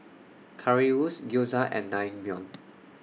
Currywurst Gyoza and Naengmyeon